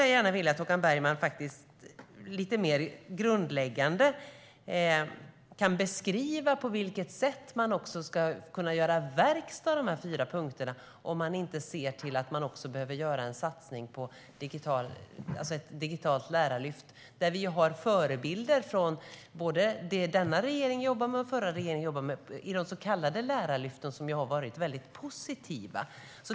Jag vill att Håkan Bergman lite mer grundläggande beskriver på vilket sätt man ska kunna göra verkstad av de fyra punkterna om man inte ser att man också behöver göra en satsning på ett digitalt lärarlyft. Vi har ju förebilder från både det som denna regering jobbade med och det som den förra regeringen jobbade med i de så kallade lärarlyften, som har varit väldigt positiva.